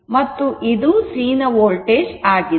ಮತ್ತು ಇದು Cನ ವೋಲ್ಟೇಜ್ ಆಗಿದೆ